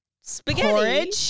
spaghetti